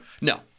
No